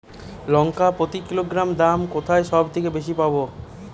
লঙ্কা প্রতি কিলোগ্রামে দাম কোথায় সব থেকে বেশি পাব?